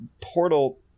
portal